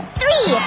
three